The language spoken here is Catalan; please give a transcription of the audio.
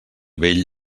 vell